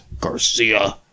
Garcia